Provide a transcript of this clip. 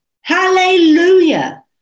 Hallelujah